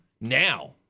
now